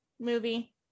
movie